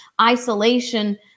isolation